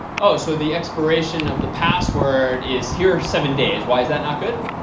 oh, so the expiration of the password is here seven days, why is that not good?